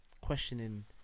Questioning